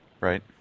Right